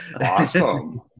Awesome